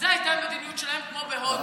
זו הייתה המדיניות שלהם, כמו בהודו.